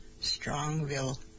Strongville